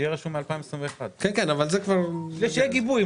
שיהיה רשום 2021. שיהיה גיבוי,